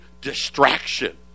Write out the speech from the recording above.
distraction